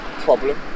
problem